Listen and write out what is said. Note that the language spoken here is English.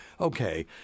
okay